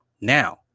Now